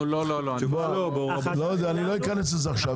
לא אכנס לזה עכשיו.